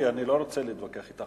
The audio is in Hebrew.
גברתי, אני לא רוצה להתווכח אתך.